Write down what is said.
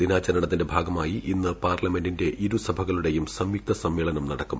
ദിനാചരണത്തിന്റെ ഭാഗമായി ഇന്ന് പാർലമെന്റിന്റെ ഇരുസഭകളുടെയും സംയുക്ത സമ്മേളനം നടക്കും